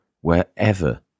wherever